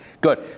Good